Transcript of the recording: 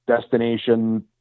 destination